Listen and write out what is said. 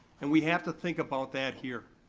and we have to think about that here.